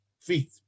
feet